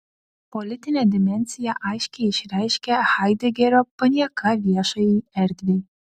politinę dimensiją aiškiai išreiškia haidegerio panieka viešajai erdvei